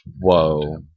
Whoa